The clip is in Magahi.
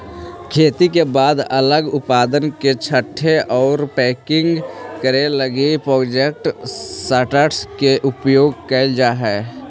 खेती के बाद उगल उत्पाद के छाँटे आउ पैकिंग करे लगी प्रोडक्ट सॉर्टर के उपयोग कैल जा हई